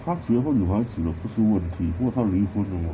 她结婚有孩子了不是问题如果她离婚的话